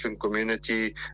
community